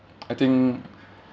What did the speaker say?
I think